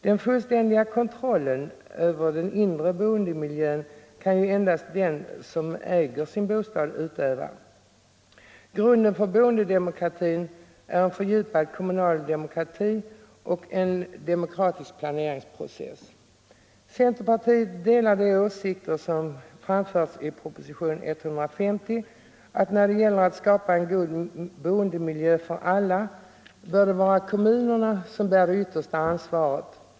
Den fullständiga kontrollen över den inre boendemiljön kan ju endast den som äger sin bostad utöva. Grunden för boendedemokratin är en fördjupad kommunal demokrati och en demokratisk planeringsprocess. Centerpartiet delar de åsikter som framförts i propositionen 150 att det, när det gäller att skapa en god boendemiljö för alla, bör vara kommunerna som bär det yttersta ansvaret.